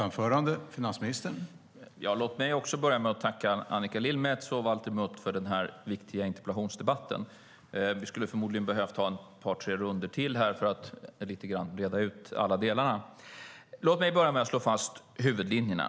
Herr talman! Låt mig också börja med att tacka Annika Lillemets och Walter Mutt för den här interpellationsdebatten. Vi skulle förmodligen ha behövt ha ytterligare ett par tre rundor för att reda ut alla delar. Jag vill börja med att slå fast huvudlinjerna.